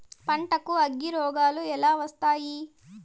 పంటకు అగ్గిరోగాలు ఎలా వస్తాయి?